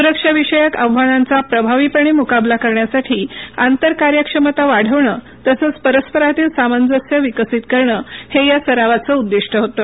सुरक्षाविषयक आव्हानांचा प्रभावीपणे मुकाबला करण्यासाठी आंतर कार्यक्षमता वाढवणं तसंच परस्परांतील सामंजस्य विकसित करणं हे या सरावाचं उद्दीष्ट होतं